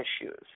issues